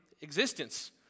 existence